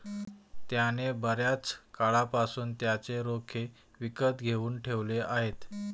त्याने बर्याच काळापासून त्याचे रोखे विकत घेऊन ठेवले आहेत